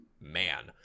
man